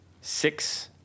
Six